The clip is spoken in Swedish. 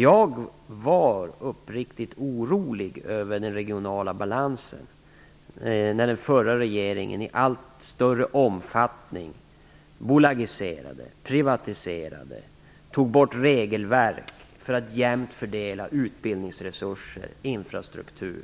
Jag var uppriktigt orolig över den regionala balansen när den förra regeringen i allt större omfattning bolagiserade, privatiserade och tog bort regelverk för att jämnt fördela utbildningsresurser och infrastruktur,